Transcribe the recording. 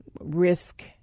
risk-